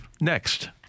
next